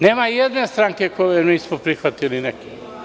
Nema nijedne stranke kojoj nismo prihvatili neki.